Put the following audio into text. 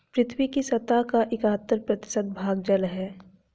पृथ्वी की सतह का इकहत्तर प्रतिशत भाग जल है